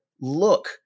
look